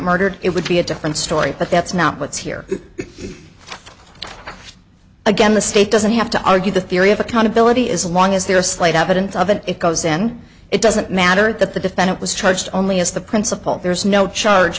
murdered it would be a different story but that's not what's here again the state doesn't have to argue the theory of accountability as long as there are slight evidence of it it goes and it doesn't matter that the defendant was charged only as the principal there's no charge